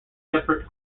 separate